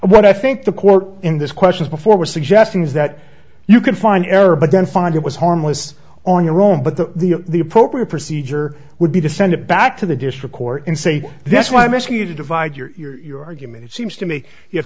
what i think the court in this questions before were suggesting is that you can find error but then find it was harmless on your own but the the the appropriate procedure would be to send it back to the district court and say that's why i'm asking you to divide your argument it seems to me you have